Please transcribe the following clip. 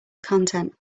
content